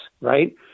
right